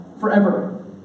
forever